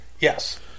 yes